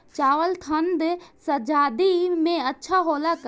चावल ठंढ सह्याद्री में अच्छा होला का?